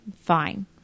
fine